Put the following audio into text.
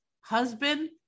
husband